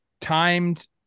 timed